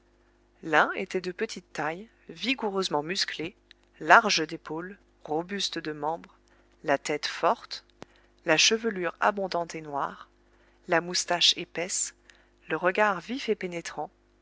l'un était de petite taille vigoureusement musclé large d'épaules robuste de membres la tête forte la chevelure abondante et noire la moustache épaisse le regard vif et pénétrant